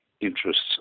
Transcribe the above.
interests